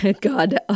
God